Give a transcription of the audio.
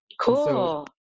Cool